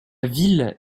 ville